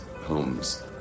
homes